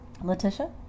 Letitia